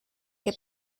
que